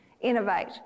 Innovate